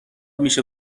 میشه